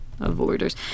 avoiders